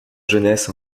jeunesse